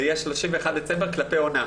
זו אחריות כבדה מדי שהם לא רוצים לעמוד בה.